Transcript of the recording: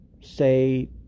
say